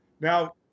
Now